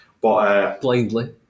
Blindly